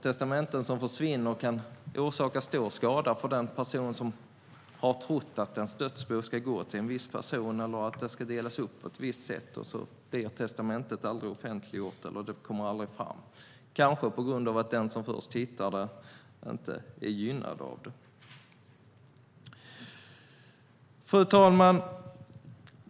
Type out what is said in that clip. Testamenten som försvinner kan orsaka stor skada för den person som har trott att ens dödsbo ska gå till en viss person eller delas upp på ett visst sätt, och så blir testamentet aldrig offentliggjort eller kommer aldrig fram, kanske på grund av att den som först hittar det inte är gynnad av det. Fru talman!